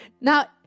Now